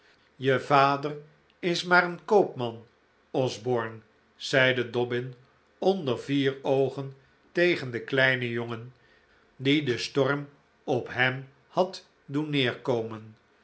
je vader is maar een koopman osborne zeide dobbin onder vier oogen tegen den kleinen jongen die den storm op hem had doen neerkomen